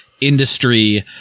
industry